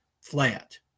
flat